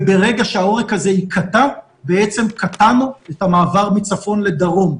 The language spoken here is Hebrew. וברגע שהעורק הזה ייקטע בעצם קטענו את המעבר מצפון לדרום.